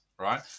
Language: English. right